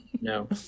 No